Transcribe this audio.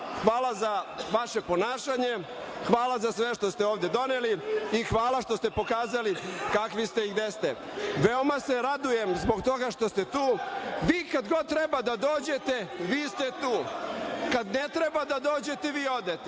hvala za vaše ponašanje, hvala za sve što ste ovde doneli, hvala što ste pokazali kakvi ste i gde ste. Veoma se radujem zbog toga što ste tu, vi kada god treba da dođete, vi ste tu. Kad ne treba da dođete, vi odete.